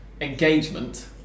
engagement